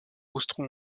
austro